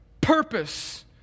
purpose